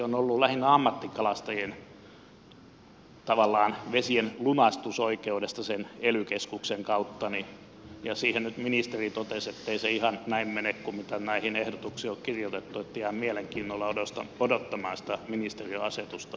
on ollut puhe lähinnä ammattikalastajien taval laan vesienlunastusoikeudesta sen ely keskuksen kautta ja siihen nyt ministeri totesi ettei se ihan näin mene kuin mitä näihin ehdotuksiin on kirjoitettu niin että jään mielenkiinnolla odottamaan sitä ministeriön asetusta